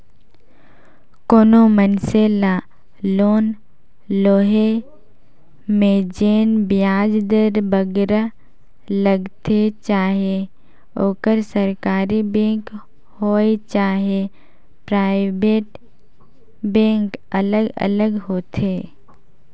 कोनो मइनसे ल लोन लोहे में जेन बियाज दर बगरा लगथे चहे ओहर सरकारी बेंक होए चहे पराइबेट बेंक अलग अलग होथे